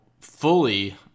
fully